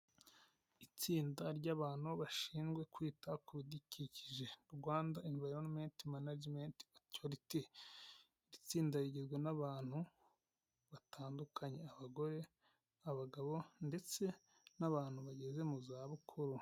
Itsinda ry'abantu bashinzwe kwita ku bidukikije Rwanda anvaronimenti Otoriti iri tsinda rigizwe n'abantu batandukanye abagore, abagabo ndetse n'abantu bageze mu zabukuru.